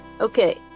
okay